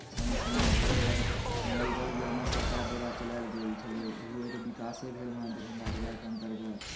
सङ्गे सङ्गे घर घर नल जल योजना सरकार द्वारा चलायल गेल छलै विकासे भेल हँ दरभंगा जिलाक अन्तर्गत